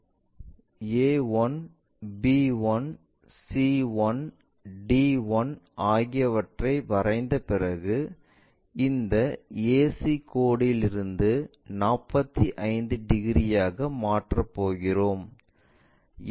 1 1 b 1 c 1 d 1 ஆகியவற்றை வரைந்த பிறகு இந்த ac கோடு இங்கிருந்து 45 டிகிரியாக மாற்றப் போகிறோம்